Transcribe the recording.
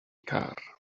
car